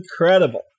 incredible